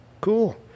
cool